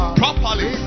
properly